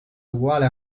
uguale